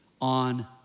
on